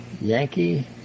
Yankee